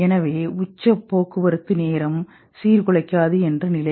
எனவே உச்ச போக்குவரத்து நேரம் சீர்குலைக்காது என்ற நிலை